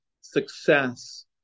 success